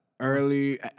Early